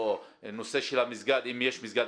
נושא של המסגד, אם יש מסגד.